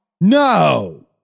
No